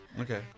Okay